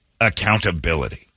accountability